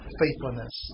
faithfulness